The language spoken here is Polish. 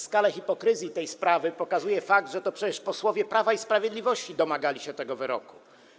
Skalę hipokryzji w tej sprawie pokazuje fakt, że to przecież posłowie Prawa i Sprawiedliwości domagali się tego wyroku.